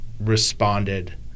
Responded